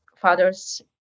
father's